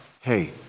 hey